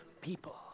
people